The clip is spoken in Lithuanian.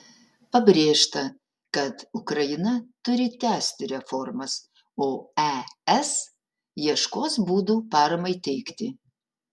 pabrėžta kad ukraina turi tęsti reformas o es ieškos būdų paramai teikti